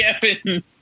Kevin